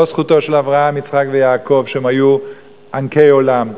לא זכותם של אברהם, יצחק ויעקב, שהיו ענקי עולם.